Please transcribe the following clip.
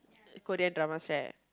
Korean dramas right